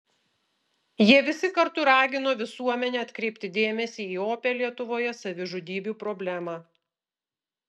jie visi kartu ragino visuomenę atkreipti dėmesį į opią lietuvoje savižudybių problemą